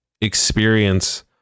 experience